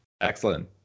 Excellent